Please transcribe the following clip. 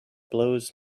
blows